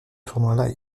tournoi